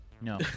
No